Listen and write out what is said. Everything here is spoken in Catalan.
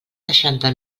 seixanta